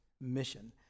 mission